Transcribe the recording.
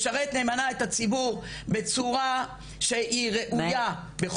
לשרת נאמנה את הציבור בצורה שהיא ראויה,